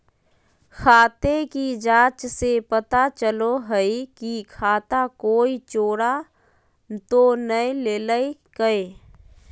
खाते की जाँच से पता चलो हइ की खाता कोई चोरा तो नय लेलकय